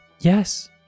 Yes